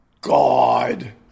God